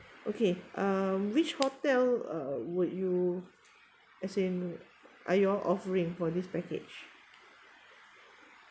okay um which hotel uh would you as in are you all offering for this package